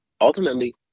ultimately